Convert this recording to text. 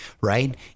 Right